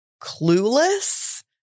clueless